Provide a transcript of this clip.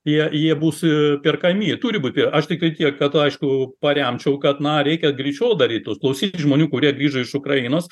jie jie bus perkami turi būt aš tiktai tiek kad aišku paremčiau kad na reikia greičiau daryt tuos klausyti žmonių kurie grįžo iš ukrainos